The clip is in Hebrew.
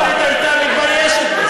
מפ"ם ההיסטורית הייתה מתביישת בזה.